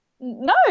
no